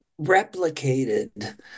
replicated